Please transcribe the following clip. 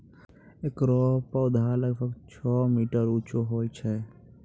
एकरो पौधा लगभग छो मीटर उच्चो होय छै